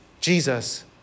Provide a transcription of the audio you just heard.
Jesus